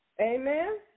Amen